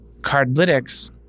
Cardlytics